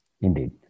indeed